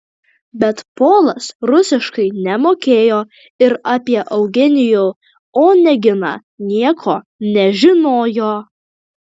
bet polas rusiškai nemokėjo ir apie eugenijų oneginą nieko nežinojo